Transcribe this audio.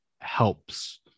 helps